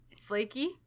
flaky